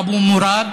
אבו מורד,